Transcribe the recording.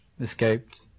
escaped